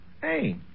Hey